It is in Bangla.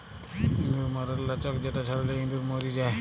ইঁদুর ম্যরর লাচ্ক যেটা ছড়ালে ইঁদুর ম্যর যায়